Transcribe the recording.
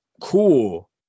cool